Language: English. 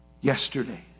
yesterday